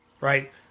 right